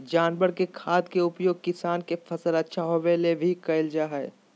जानवर के खाद के उपयोग किसान के फसल अच्छा होबै ले भी कइल जा हइ